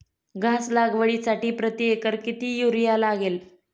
घास लागवडीसाठी प्रति एकर किती युरिया लागेल?